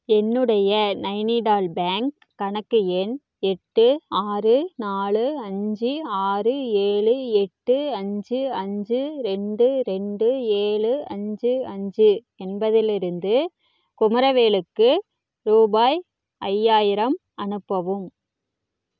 என்னுடைய நைனிடால் பேங்க் கணக்கு எண் எட்டு ஆறு நாலு அஞ்சு ஆறு ஏழு எட்டு அஞ்சு அஞ்சு ரெண்டு ரெண்டு ஏழு அஞ்சு அஞ்சு என்பதிலிருந்து குமரவேலுக்கு ரூபாய் ஐயாயிரம் அனுப்பவும்